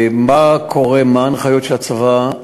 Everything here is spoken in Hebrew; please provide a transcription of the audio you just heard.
מה ההנחיות של הצבא,